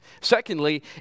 Secondly